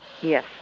Yes